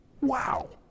Wow